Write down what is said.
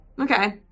Okay